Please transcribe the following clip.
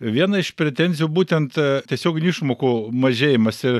viena iš pretenzijų būtent tiesioginių išmokų mažėjimas